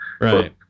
Right